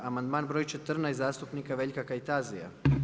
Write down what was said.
Amandman broj 14. zastupnika Veljka Kajtazija.